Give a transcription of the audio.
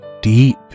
deep